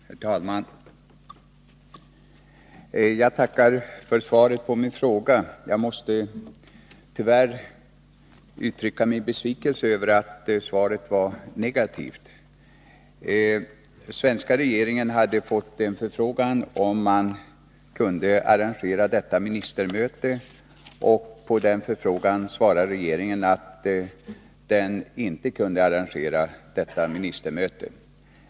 Herr talman! Jag tackar för svaret på min fråga. Jag måste tyvärr uttrycka min besvikelse över att svaret var negativt. Den svenska regeringen hade fått en förfrågan, om den kunde arrangera detta ministermöte. På denna förfrågan svarade regeringen att den inte kunde ställa sig som arrangör för mötet.